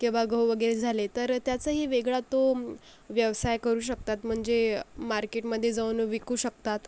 किंवा गहू वगैरे झाले तर त्याचाही वेगळा तो व्यवसाय करू शकतात म्हणजे मार्केटमध्ये जाऊन विकू शकतात